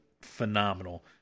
phenomenal